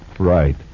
right